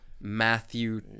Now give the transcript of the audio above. Matthew